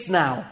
now